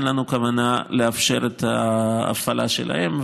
אין לנו כוונה לאפשר את ההפעלה שלהן.